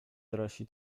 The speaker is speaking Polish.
dorośli